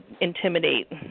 intimidate